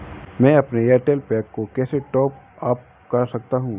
मैं अपने Airtel pack को कैसे टॉप अप कर सकता हूँ?